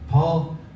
Paul